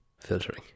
filtering